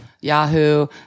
Yahoo